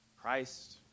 Christ